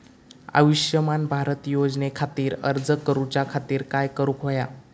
आयुष्यमान भारत योजने खातिर अर्ज करूच्या खातिर काय करुक होया?